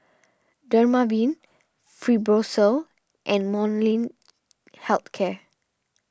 Dermaveen Fibrosol and Molnylcke Health Care